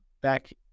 back